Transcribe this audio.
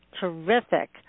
terrific